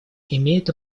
имеет